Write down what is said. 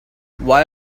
why